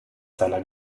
seiner